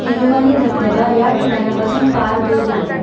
तिरुवानी धबधबा या ठिकाणापासून फार दूर नाही